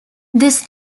this